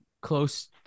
Close